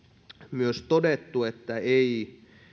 myös todettu että ei